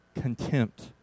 contempt